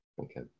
Okay